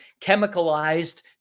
chemicalized